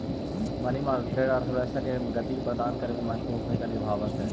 money market अर्थव्यवस्था के गति प्रदान करे में महत्वपूर्ण भूमिका निभावऽ हई